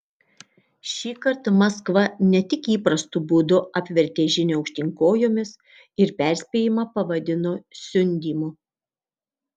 šįkart maskva ne tik įprastu būdu apvertė žinią aukštyn kojomis ir perspėjimą pavadino siundymu